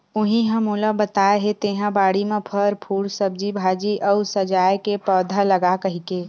उहीं ह मोला बताय हे तेंहा बाड़ी म फर, फूल, सब्जी भाजी अउ सजाय के पउधा लगा कहिके